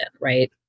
right